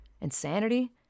Insanity